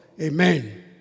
Amen